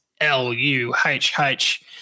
L-U-H-H